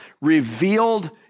revealed